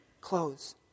clothes